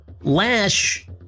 Lash